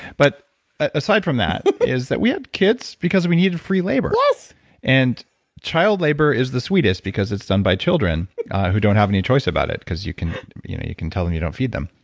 but aside from that, is that we had kids because we needed free labor yes and child labor is the sweetest, because it's done by children who don't have any choice about it, because you can you know you can tell them you don't feed them.